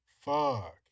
Fuck